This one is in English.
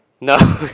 No